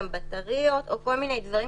שנייה,